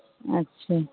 अच्छे